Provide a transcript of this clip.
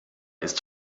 ist